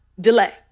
delay